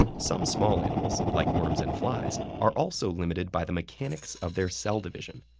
some small animals, like worms and flies, are also limited by the mechanics of their cell division.